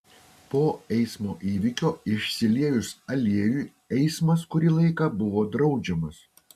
po eismo įvykio išsiliejus aliejui eismas kurį laiką buvo draudžiamas